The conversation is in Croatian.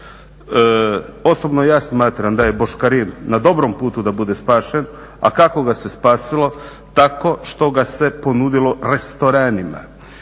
Osobno ja smatram da je boškarin na dobrom putu da bude spašen, a kako ga se spasilo, tako što ga se ponudilo restoranima